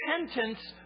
Repentance